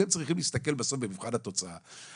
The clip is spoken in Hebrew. אתם צריכים להסתכל בסוף במבחן התוצאה.